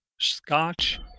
scotch